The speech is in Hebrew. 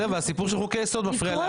בסדר והסיפור של חוקי היסוד מפריע.